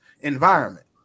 environment